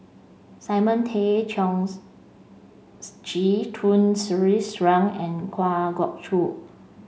Simon Tay Seong Chee Tun Sri Lanang and Kwa Geok Choo